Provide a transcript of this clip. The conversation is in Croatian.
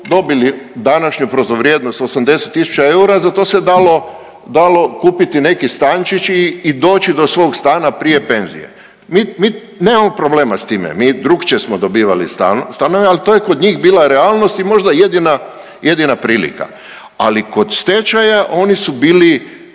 dobili današnju protuvrijednost 80 tisuća eura, za to se dalo, dalo kupiti neki stančić i doći do svog stana prije penzije. Mi, mi nemamo problema s time, mi drukčijem smo dobivali stan, stanove, al to je kod njih bila realnost i možda jedina, jedina prilika, ali kod stečaja oni su bili